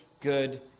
good